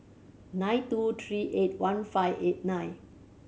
nine two three eight one five eight nine